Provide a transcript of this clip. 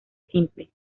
simple